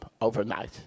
overnight